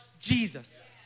Jesus